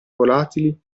volatili